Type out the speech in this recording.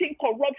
corruption